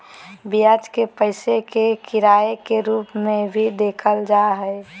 ब्याज के पैसे के किराए के रूप में भी देखल जा हइ